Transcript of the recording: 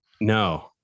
No